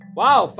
wow